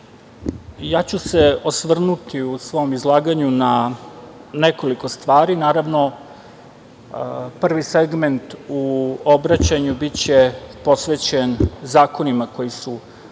ja ću se osvrnuti u svom izlaganju na nekoliko stvari. Naravno, prvi segment u obraćanju biće posvećen zakonima koji su